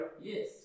Yes